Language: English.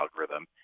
algorithm